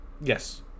yes